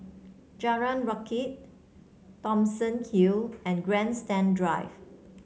Jalan Rakit Thomson Hill and Grandstand Drive